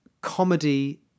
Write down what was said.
comedy